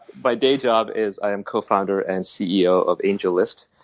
my day job is i am cofounder and ceo of angellist,